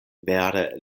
vere